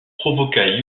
provoqua